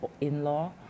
in-law